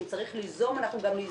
אם צריך ליזום אנחנו גם ניזום.